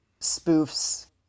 spoofs